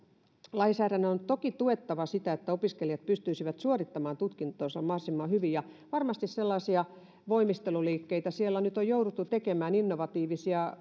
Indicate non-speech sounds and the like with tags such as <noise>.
lainsäädännön on toki tuettava sitä että opiskelijat pystyisivät suorittamaan tutkintonsa mahdollisimman hyvin ja varmasti voimisteluliikkeitä siellä nyt on jouduttu tekemään innovatiivisia <unintelligible>